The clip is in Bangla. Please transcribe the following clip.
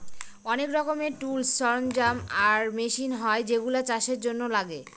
অনেক রকমের টুলস, সরঞ্জাম আর মেশিন হয় যেগুলা চাষের জন্য লাগে